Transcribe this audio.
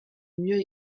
mieux